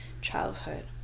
childhood